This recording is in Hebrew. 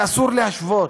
ואסור להשוות,